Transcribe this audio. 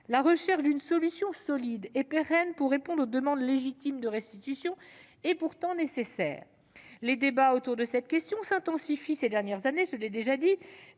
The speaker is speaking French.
La recherche d'une solution solide et pérenne pour répondre aux demandes légitimes de restitution est pourtant nécessaire. Les débats autour de cette question s'intensifient ces dernières années, notamment dans